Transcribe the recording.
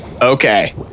Okay